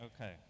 Okay